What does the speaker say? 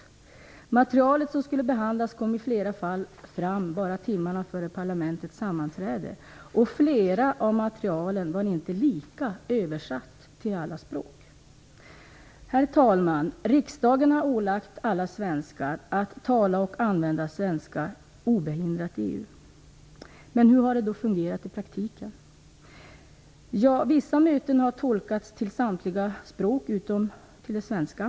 Det material som skulle behandlas kom i flera fall fram bara timmar före parlamentets sammanträde, och flera av materialen var inte lika översatta till alla språk. Herr talman! Riksdagen har beslutat att alla svenskar skall kunna tala och använda svenska obehindrat i EU. Men hur har det fungerat i praktiken? Vissa möten har tolkats till samtliga språk utom till svenska.